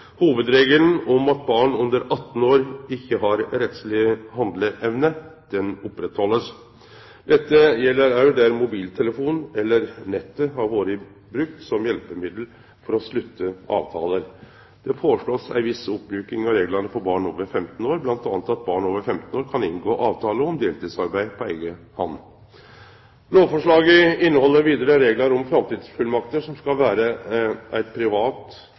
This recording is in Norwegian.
Hovudregelen om at barn under 18 år ikkje har rettsleg handleevne, blir halden ved lag. Dette gjeld òg der mobiltelefon eller nettet har vore brukt som hjelpemiddel for å slutte avtaler. Det blir foreslått ei viss oppmjuking av reglane for barn over 15 år, bl.a. at barn over 15 år kan inngå avtale om deltidsarbeid på eiga hand. Lovforslaget inneheld vidare reglar om framtidsfullmakter som skal vere eit privat